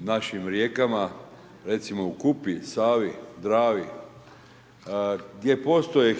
našim rijekama, recimo u Kupi, Savi, Dravi gdje postoje